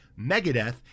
Megadeth